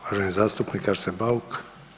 Uvaženi zastupnik Arsen Bauk.